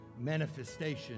manifestation